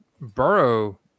Burrow